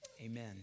Amen